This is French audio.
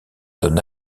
donne